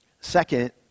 Second